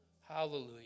Hallelujah